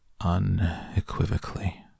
Unequivocally